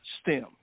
STEM